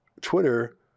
Twitter